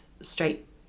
straight